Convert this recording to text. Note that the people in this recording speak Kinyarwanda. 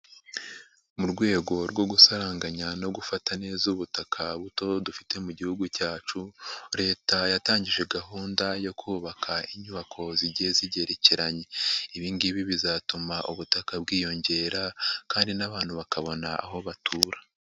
Mu rwego rwo gusaranganya no gufata neza ubutaka buto dufite mu gihugu cyacu, Leta yatangije gahunda yo kubaka inyubako zigiye zigerekeranye. Ibi ngibi bizatuma ubutaka bwiyongera kandi n'abantu bakabona aho batura.